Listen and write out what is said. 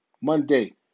Monday